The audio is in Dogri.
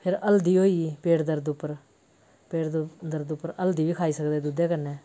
फ्ही हल्दी होई गेई पेट दर्द उप्पर पेट दर्द उप्पर हल्दी बी खाई सकदे दुद्धै कन्नै